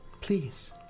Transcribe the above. Please